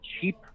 cheap